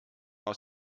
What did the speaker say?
aus